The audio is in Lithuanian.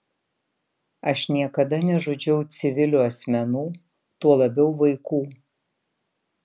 aš niekada nežudžiau civilių asmenų tuo labiau vaikų